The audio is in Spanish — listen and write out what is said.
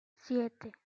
siete